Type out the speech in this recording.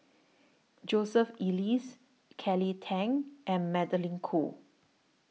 Joseph Elias Kelly Tang and Magdalene Khoo